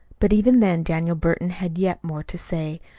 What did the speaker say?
but even then daniel burton had yet more to say,